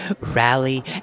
rally